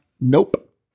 Nope